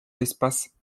l’espace